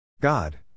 God